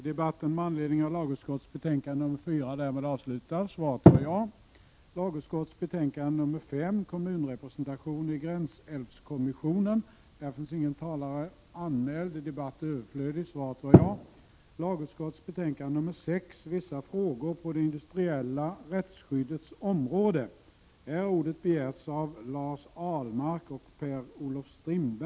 Herr talman! Jag är redan, Berit Löfstedt, i färd med att avhjälpa oklarheten i detta sammanhang. Det bästa sättet att undanröja denna oklarhet hade dock varit att just åstadkomma en lagändring. Jag hade hoppats på stöd i det avseendet. Kammaren övergick därför till att debattera lagutskottets betänkande 6 om vissa frågor på det industriella rättsskyddets område.